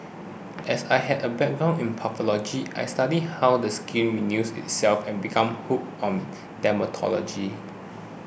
as I had a background in pathology I studied how the skin renews itself and became hooked on dermatology